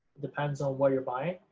depends on what you're buying.